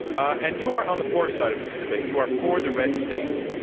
and you are on the for side of this debate. you are for the red states,